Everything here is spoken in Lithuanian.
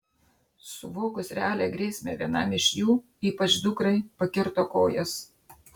suvokus realią grėsmę vienam iš jų ypač dukrai pakirto kojas